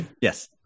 Yes